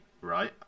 right